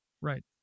Right